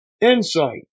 Insight